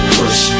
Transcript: push